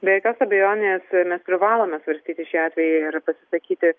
be jokios abejonės mes privalome svarstyti šį atvejį ir pasisakyti